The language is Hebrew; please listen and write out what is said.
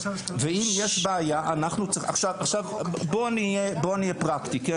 עכשיו בואו נהיה פרקטיים.